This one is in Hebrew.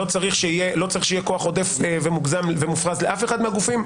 לא צריך שיהיה כוח עודף ומופרז לאף אחד מהגופים,